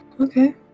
okay